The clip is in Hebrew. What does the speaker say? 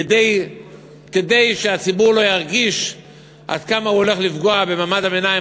כדי שהציבור לא ירגיש עד כמה הוא הולך לפגוע במעמד הביניים